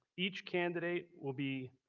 each candidate will be.